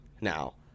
Now